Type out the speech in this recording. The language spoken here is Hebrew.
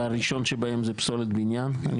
שהראשון שבהם זה פסולת בניין,